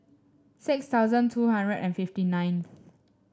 six thousand two hundred and fifty ninth